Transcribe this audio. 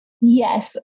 Yes